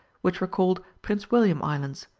which were called prince william islands,